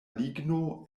ligno